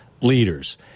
leaders